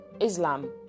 Islam